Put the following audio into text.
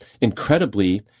incredibly